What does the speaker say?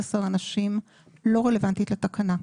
211 אנשים לא רלוונטית לתקנה.